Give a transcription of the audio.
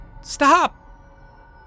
Stop